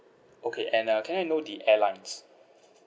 okay and uh can I know the airlines